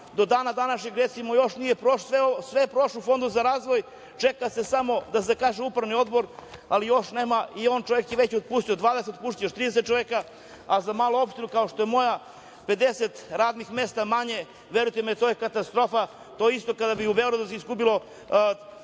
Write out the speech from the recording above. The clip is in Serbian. Do dana današnjeg, recimo, još nije, sve je prošlo u Fondu za razvoj, čeka se samo da zakaže upravni odbor, ali još nema i on čovek je već otpustio 20, a sada još 30 ljudi, a za malu opštinu kao što je moja 50 radnih mesta manje je, verujte, katastrofa, to je isto kao kada bi u Beogradu izgubilo